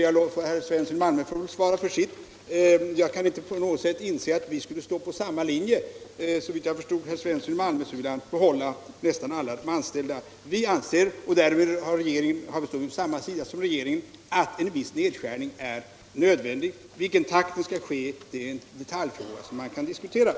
Herr Svensson i Malmö får väl svara för sin del, men jag kan inte på något sätt inse att vi skulle vara på samma linje. Såvitt jag förstod herr Svensson i Malmö så ville han behålla alla anställda. Vi anser — och därmed står vi på samma sida som regeringen — att en viss nedskärning är nödvändig. I vilken takt den skall ske är en detaljfråga som kan diskuteras.